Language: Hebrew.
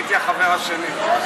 הייתי החבר השני.